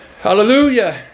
Hallelujah